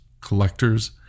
collectors